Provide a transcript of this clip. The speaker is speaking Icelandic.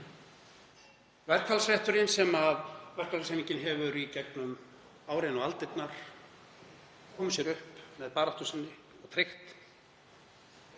Verkfallsrétturinn sem verkalýðshreyfingin hefur í gegnum árin og aldirnar komið sér upp með baráttu sinni og tryggt